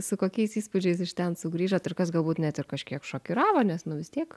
su kokiais įspūdžiais iš ten sugrįžot ir kas galbūt net ir kažkiek šokiravo nes nu vis tiek